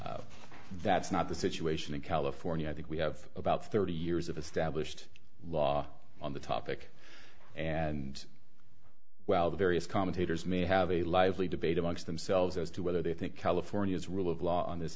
that's not the situation in california i think we have about thirty years of established law on the topic and while various commentators may have a lively debate amongst themselves as to whether they think california's rule of law on this